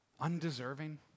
undeserving